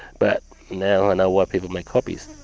but now i know why people make copies.